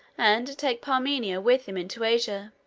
and to take parmenio with him into asia.